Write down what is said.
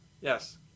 Yes